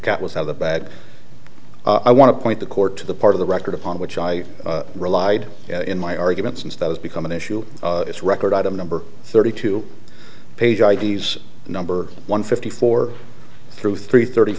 cat was out the bad i want to point the court to the part of the record upon which i relied in my arguments and those become an issue its record item number thirty two page id's number one fifty four through three thirty